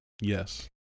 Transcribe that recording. Yes